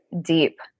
deep